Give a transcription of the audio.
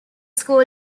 school